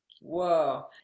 Whoa